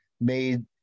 made